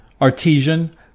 artesian